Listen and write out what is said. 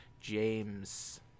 james